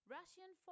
Russian